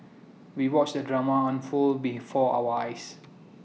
we watched the drama unfold before our eyes